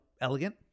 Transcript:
elegant